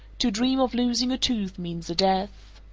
to dream of losing a tooth means a death.